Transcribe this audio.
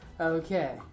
Okay